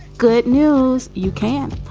good news you can.